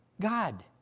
God